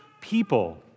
people